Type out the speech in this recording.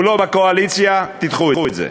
הוא לא בקואליציה, תדחו את זה.